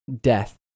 Death